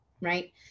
right